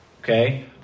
Okay